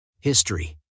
History